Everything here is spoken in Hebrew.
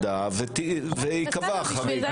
לוועדה וייקבע חריג.